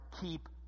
keep